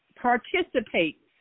participate